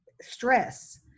stress